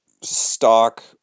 stock